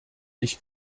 ich